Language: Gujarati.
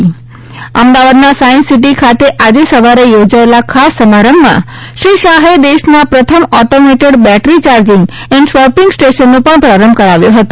આજે અમદાવાદના સાયન્સ સિટી ખાતે આજે સવારે યોજાયેલા ખાસ સમારંભમાં શ્રી શાહે દેશના પ્રથમ automated battery charging and swapping સ્ટેશનનો પણ પ્રારંભ કરાવ્યો હતો